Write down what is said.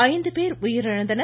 ஐந்து பேர் உயிரிழந்தனர்